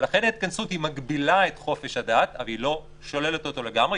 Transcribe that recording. ולכן ההתכנסות היא מגבילה את חופש הדת אבל היא לא שוללת אותו לגמרי.